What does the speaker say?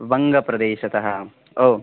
बङ्गप्रदेशतः ओ